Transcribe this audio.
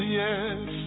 yes